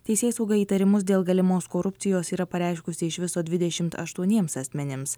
teisėsauga įtarimus dėl galimos korupcijos yra pareiškusi iš viso dvidešimt aštuoniems asmenims